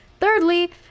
thirdly